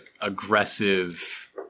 aggressive